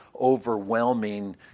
overwhelming